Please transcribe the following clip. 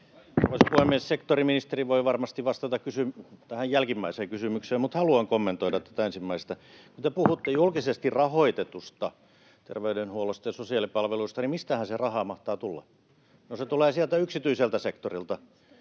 puhemies! Sektoriministeri voi varmasti vastata tähän jälkimmäiseen kysymykseen, mutta haluan kommentoida tätä ensimmäistä. Kun te puhutte julkisesti rahoitetusta terveydenhuollosta ja sosiaalipalveluista, niin mistähän se raha mahtaa tulla? [Aki Lindénin välihuuto] No se tulee sieltä yksityiseltä sektorilta,